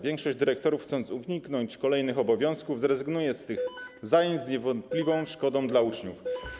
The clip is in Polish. Większość dyrektorów, chcąc uniknąć kolejnych obowiązków, zrezygnuje z tych zajęć z niewątpliwą szkodą dla uczniów.